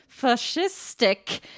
fascistic